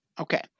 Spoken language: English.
Okay